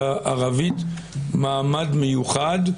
לערבית מעמד מיוחד,